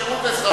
שירות אזרחי,